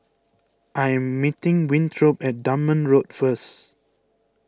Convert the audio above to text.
I am meeting Winthrop at Dunman Road first